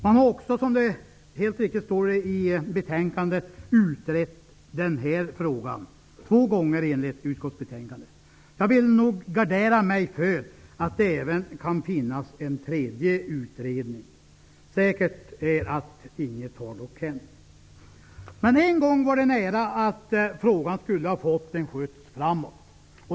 Man har också, som det helt riktigt står i betänkandet, utrett den här frågan två gånger. Jag vill nog gardera mig för att det även kan finnas en tredje utredning. Det är dock säkert att inget har hänt. En gång var det nära att frågan skulle ha fått en skjuts framåt.